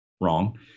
wrong